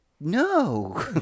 No